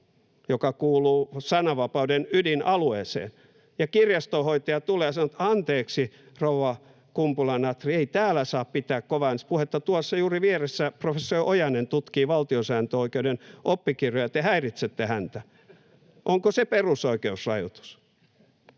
joka kuuluu sananvapauden ydinalueeseen, ja kirjastonhoitaja tulee ja sanoo, että ”anteeksi, rouva Kumpula-Natri, ei täällä saa pitää kovaäänistä puhetta, tuossa juuri vieressä professori Ojanen tutkii valtiosääntöoikeuden oppikirjoja, te häiritsette häntä”, onko se perusoikeusrajoitus?